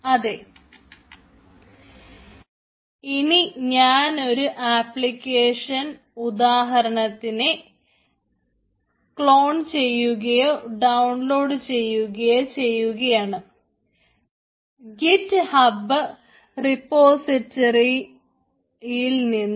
അതെ ഇനി ഞാനൊരു ആപ്ലിക്കേഷൻ ഉദാഹരണത്തിനെ ക്ലോൺ ചെയ്യുകയോ ഡൌൺലോഡ് ചെയ്യുകയോ ചെയ്യുകയാണ് ഗിറ്റ് ഹബ് റെപോസിറ്ററിയിൽ നിന്ന്